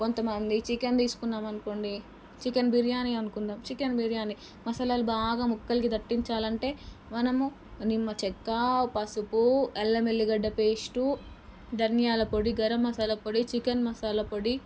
కొంత మంది చికెన్ తీసుకున్నాము అనుకోండి చికెన్ బిర్యాని అనుకుందాము చికెన్ బిర్యాని మసాలాలు బాగా ముక్కలకి దట్టించాలంటే మనము నిమ్మ చెక్క పసుపు అల్లం ఎల్లిగడ్డ పేస్టు ధనియాల పొడి గరం మసాలా పొడి చికెన్ మసాలా పొడి